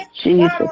Jesus